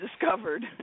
discovered